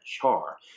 char